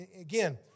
again